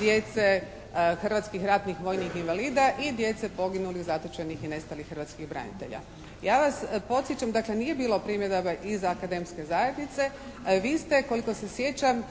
djece hrvatskih ratnih vojnih invalida i djece poginulih, zatočenih i nestalih hrvatskih branitelja. Ja vas podsjećam, dakle nije bilo primjedaba iz akademske zajednice. Vi ste koliko se sjećam